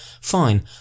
fine